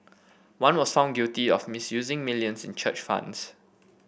one was found guilty of misusing millions in church funds